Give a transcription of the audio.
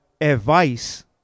advice